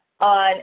on